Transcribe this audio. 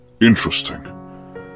Interesting